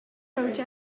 project